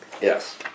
Yes